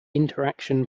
interaction